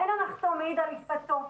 אין הנחתום מעיד על עיסתו,